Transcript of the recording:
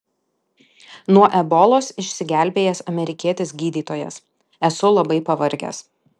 nuo ebolos išsigelbėjęs amerikietis gydytojas esu labai pavargęs